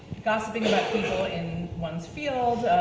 gossiping about people in one's field,